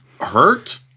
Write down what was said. hurt